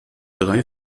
drei